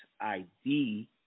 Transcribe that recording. ID